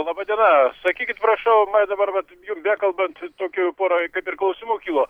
laba diena sakykit prašau man dabar vat jum bekalbant tokių pora kaip ir klausimų kilo